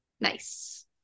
Nice